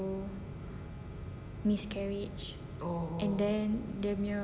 miscarriage and then dia punya